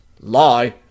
Lie